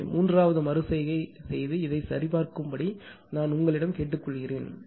எனவே மூன்றாவது மறு செய்கை செய்து இதைச் சரிபார்க்கும்படி நான் உங்களிடம் கேட்டுக்கொள்கிறேன்